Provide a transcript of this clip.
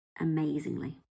amazingly